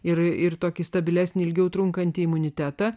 ir tokį stabilesnį ilgiau trunkantį imunitetą